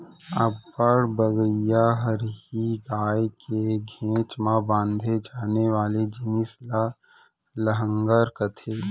अब्बड़ भगइया हरही गाय के घेंच म बांधे जाने वाले जिनिस ल लहँगर कथें